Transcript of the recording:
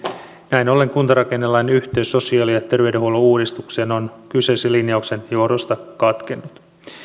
näin ollen kuntarakennelain yhteys sosiaali ja terveydenhuollon uudistukseen on kyseisen linjauksen johdosta katkennut